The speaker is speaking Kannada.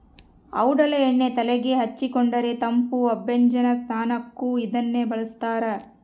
ಔಡಲ ಎಣ್ಣೆ ತೆಲೆಗೆ ಹಚ್ಚಿಕೊಂಡರೆ ತಂಪು ಅಭ್ಯಂಜನ ಸ್ನಾನಕ್ಕೂ ಇದನ್ನೇ ಬಳಸ್ತಾರ